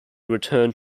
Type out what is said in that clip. returned